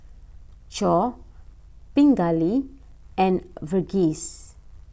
Choor Pingali and Verghese